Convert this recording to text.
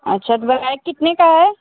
अच्छा तो बैग कितने का है